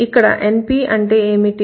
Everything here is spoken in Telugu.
ఇక్కడ NP అంటే ఏమిటి